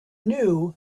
knew